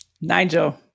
Nigel